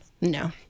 no